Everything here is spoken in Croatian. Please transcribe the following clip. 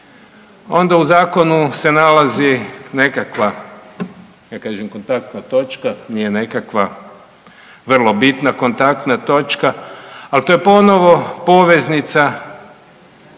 Onda u Zakonu se nalazi nekakva, ja kažem Kontaktna točka, nije nekakva, vrlo bitna Kontaktna točka, ali to je ponovo poveznica